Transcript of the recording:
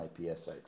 ipsx